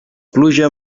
pluja